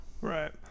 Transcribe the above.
Right